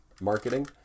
marketing